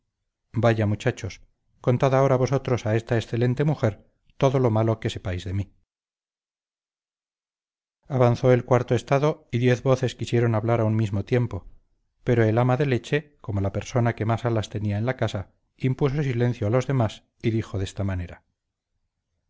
vaya muchachos contad ahora vosotros mujer todo lo malo que sepáis de mí avanzó el cuarto estado y diez voces quisieron hablar a un mismo tiempo pero el ama de leche como la persona que más alas tenía en la casa impuso silencio a los demás y dijo de esta manera